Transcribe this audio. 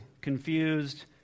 confused